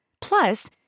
Plus